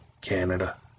Canada